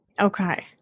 Okay